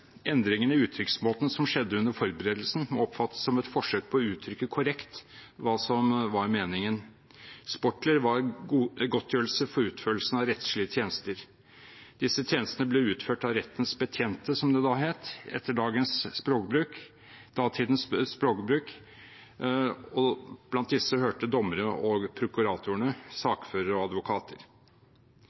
Endringene i uttrykksmåten som skjedde under forberedelsen, må oppfattes som et forsøk på å uttrykke korrekt hva som var meningen. Sportler var godtgjørelse for utførelsen av rettslige tjenester. Disse tjenestene ble utført av «rettens betjente», som det het med datidens språkbruk. Blant disse hørte dommerne og prokuratorene, sakførerne og